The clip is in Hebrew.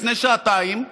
לפני שעתיים,